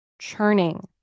churning